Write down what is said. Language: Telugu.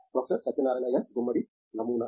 ప్రొఫెసర్ సత్యనారాయణ ఎన్ గుమ్మడి నమూనా